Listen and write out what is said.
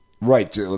Right